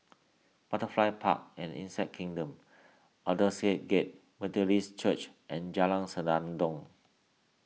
Butterfly Park and Insect Kingdom Aldersgate Methodist Church and Jalan Senandong